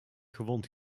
gewond